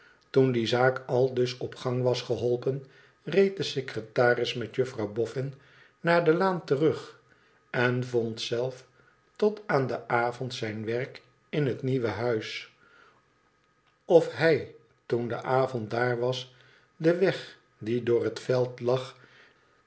toen die zaak aldus op gang was geholpen reed de secretaris met juffrouw bofün naar de laan terug en vond zelf tot aan den avond zijn werk in het nieuwe huis of hij toen de avond daar was den weg die door het veld lag